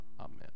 Amen